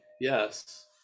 yes